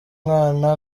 mwana